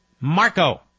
Marco